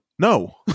No